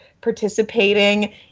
participating